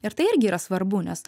ir tai irgi yra svarbu nes